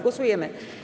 Głosujemy.